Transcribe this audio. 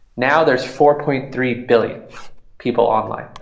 now, there's four point three billion people online.